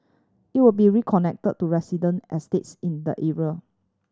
it will be reconnected to resident estates in the area